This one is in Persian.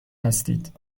هستید